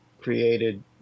created